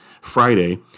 Friday